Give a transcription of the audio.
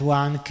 one